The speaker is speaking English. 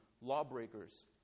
lawbreakers